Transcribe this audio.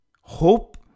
hope